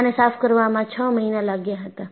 આને સાફ કરવામાં છ મહિના લાગ્યા હતા